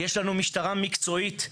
יש לנו משטרה מקצועית.